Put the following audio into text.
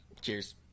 Cheers